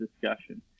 discussion